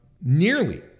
nearly